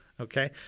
Okay